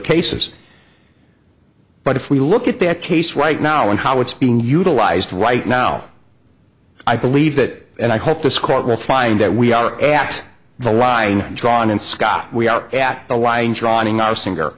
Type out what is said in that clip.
cases but if we look at the case right now and how it's being utilized right now i believe that and i hope this court will find that we are at the right drawn and scott we are at the line drawing our singer